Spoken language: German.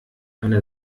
einer